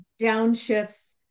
downshifts